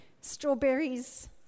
strawberries